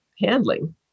handling